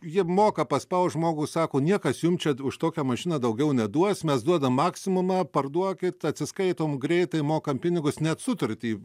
jie moka paspaust žmogų sako niekas jum čia už tokią mašiną daugiau neduos mes duodam maksimumą parduokit atsiskaitom greitai mokam pinigus net sutartį